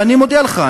ואני מודיע לך,